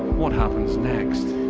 what happens next?